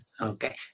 Okay